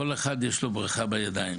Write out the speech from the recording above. לכל אחד יש ברכה בידיים.